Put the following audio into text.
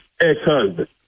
ex-husband